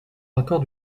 accorde